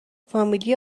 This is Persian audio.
فامیلی